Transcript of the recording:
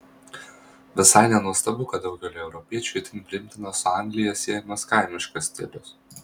visai nenuostabu kad daugeliui europiečių itin priimtinas su anglija siejamas kaimiškas stilius